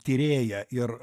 tyrėja ir